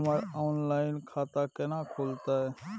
हमर ऑनलाइन खाता केना खुलते?